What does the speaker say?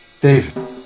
David